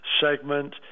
segment